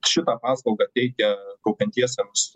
šitą paslaugą teikia kaupiantiesiems